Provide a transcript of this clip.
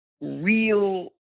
real